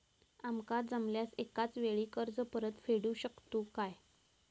आमका जमल्यास एकाच वेळी कर्ज परत फेडू शकतू काय?